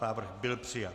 Návrh byl přijat.